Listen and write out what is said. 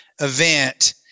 event